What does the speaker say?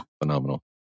phenomenal